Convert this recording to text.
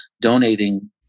donating